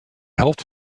helft